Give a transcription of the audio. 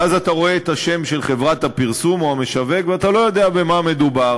ואז אתה רואה את השם של חברת הפרסום או המשווק ואתה לא יודע במה המדובר.